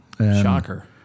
Shocker